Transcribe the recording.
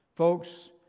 Folks